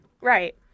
Right